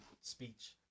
speech